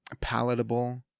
palatable